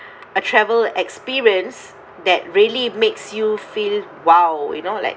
a travel experience that really makes you feel !wow! you know like